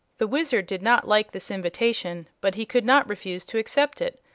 the wizard did not like this invitation, but he could not refuse to accept it.